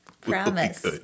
Promise